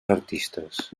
artistes